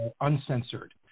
Uncensored